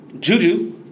Juju